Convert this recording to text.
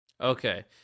okay